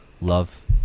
love